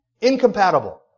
Incompatible